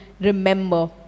remember